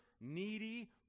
needy